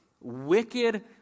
wicked